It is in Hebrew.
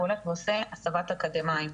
הוא הולך ועושה הסבת אקדמאים.